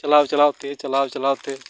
ᱪᱟᱞᱟᱣ ᱪᱟᱞᱟᱣᱛᱮ ᱪᱟᱞᱟᱣ ᱪᱟᱞᱟᱣᱛᱮ